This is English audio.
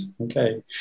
Okay